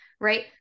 Right